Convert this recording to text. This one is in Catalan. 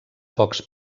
pocs